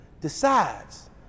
decides